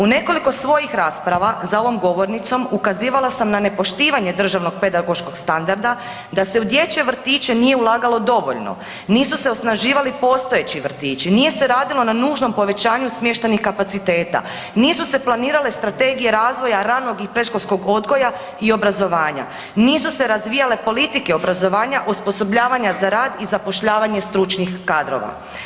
U nekoliko svojih rasprava za ovom govornicom ukazivala sam na nepoštivanje državnog pedagoškog standarda da se u dječje vrtiće nije ulagalo dovoljno, nisu se osnaživali postojeći vrtići, nije se radilo na nužnom povećanju smještajnih kapaciteta, nisu se planirale strategije razvoja ranog i predškolskog odgoja i obrazovanja, nisu se razvijale politike obrazovanja, osposobljavanja za rad i zapošljavanje stručnih kadrova.